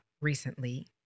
recently